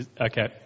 Okay